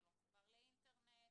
זה לא מחובר לאינטרנט,